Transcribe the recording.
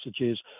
messages